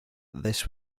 this